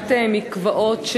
הנגשת מקוואות,